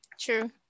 true